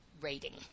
rating